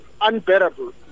unbearable